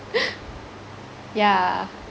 yeah